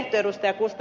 gustafsson